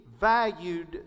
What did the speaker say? valued